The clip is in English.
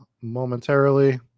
momentarily